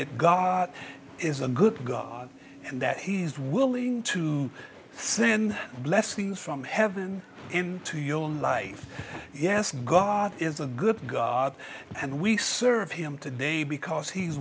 that god is a good god and that he is willing to send blessings from heaven into your life yes god is a good god and we serve him today because he's